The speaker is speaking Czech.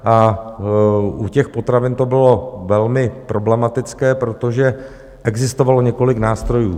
A u těch potravin to bylo velmi problematické, protože existovalo několik nástrojů.